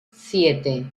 siete